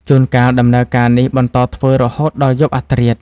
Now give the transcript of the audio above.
ជួនកាលដំណើរការនេះបន្តធ្វើរហូតដល់យប់អធ្រាត្រ។